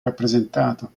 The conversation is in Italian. rappresentato